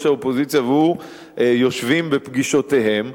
האופוזיציה והוא יושבים בפגישותיהם,